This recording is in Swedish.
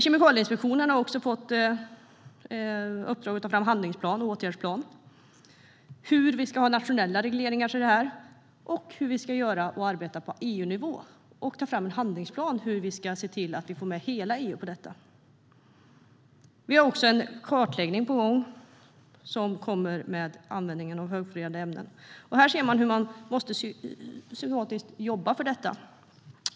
Kemikalieinspektionen har också fått uppdraget att ta fram en handlingsplan och en åtgärdsplan samt titta på hur vi ska ha nationella regleringar av detta och hur vi ska arbeta på EU-nivå. Man ska ta fram en handlingsplan för hur vi ska se till att få med hela EU på detta. Vi har även en kartläggning av användningen av högfluorerade ämnen på gång. Här ser vi hur vi måste jobba systematiskt för detta.